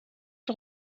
sur